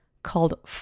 called